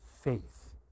faith